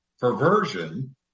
perversion